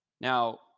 Now